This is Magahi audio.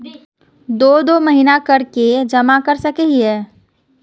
दो दो महीना कर के जमा कर सके हिये?